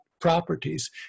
properties